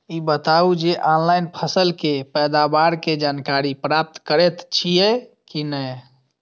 ई बताउ जे ऑनलाइन फसल के पैदावार के जानकारी प्राप्त करेत छिए की नेय?